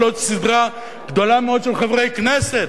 ולעוד סדרה גדולה מאוד של חברי כנסת.